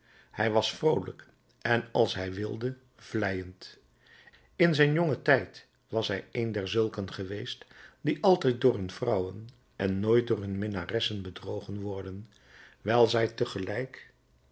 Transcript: hij was vroolijk en als hij wilde vleiend in zijn jongen tijd was hij een derzulken geweest die altijd door hun vrouwen en nooit door hun minnaressen bedrogen worden wijl zij tegelijk